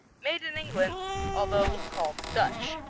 made in england although called dutch.